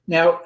Now